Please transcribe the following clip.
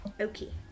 Okay